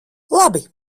labi